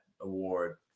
award